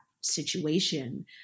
situation